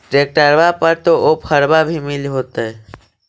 ट्रैक्टरबा पर तो ओफ्फरबा भी मिल होतै?